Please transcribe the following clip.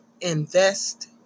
invest